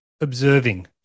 observing